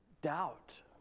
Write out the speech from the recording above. doubt